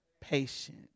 patient